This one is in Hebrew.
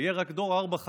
יהיה רק דור ארבע-חמש,